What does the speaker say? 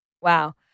Wow